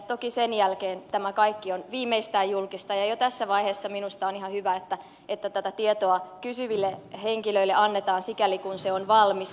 toki sen jälkeen tämä kaikki on viimeistään julkista ja jo tässä vaiheessa minusta on ihan hyvä että tätä tietoa kysyville henkilöille annetaan sikäli kuin se on valmis